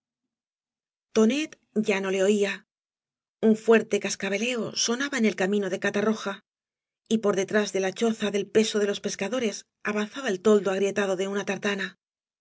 ya no le oía un fuerte cascabeleo sonaba en el camino de catarroja y por detrás de la choza del pego de los pescadores avanzaba el toldo agrietado de una tartana